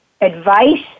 advice